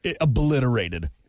obliterated